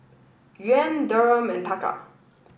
Yuan Dirham and Taka